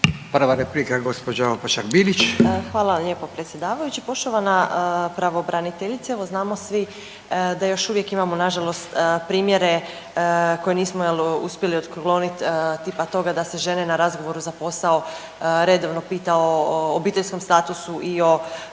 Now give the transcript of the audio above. Marina (Nezavisni)** Hvala vam lijepo predsjedavajući. Poštovana pravobraniteljice, evo, znamo svi da još uvijek imamo nažalost primjere koje nismo, je li, uspjeli otkloniti, tipa toga da se žene na razgovoru za posao redovno pita o obiteljskom statusu i o